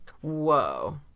Whoa